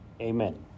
Amen